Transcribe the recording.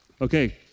Okay